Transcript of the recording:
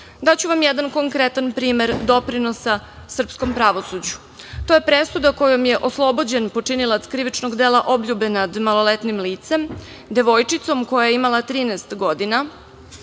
daću vam jedan konkretan primer doprinosa srpskom pravosuđu. To je presuda kojom je oslobođen počinilac krivičnog dela obljube nad maloletnim licem, devojčicom koja je imala 13 godina,